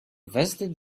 visited